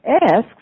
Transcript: asks